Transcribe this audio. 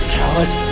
coward